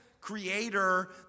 creator